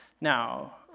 Now